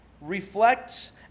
reflects